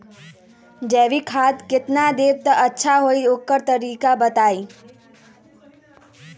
जैविक खाद केतना देब त अच्छा होइ ओकर तरीका बताई?